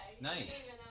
Nice